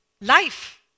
life